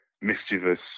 mischievous